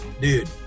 dude